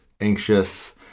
anxious